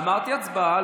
אמרתי "הצבעה".